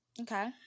okay